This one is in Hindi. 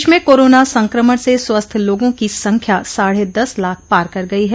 देश में कोरोना संक्रमण से स्वस्थ लोगों की संख्या साढे दस लाख पार कर गई है